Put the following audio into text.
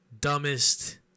dumbest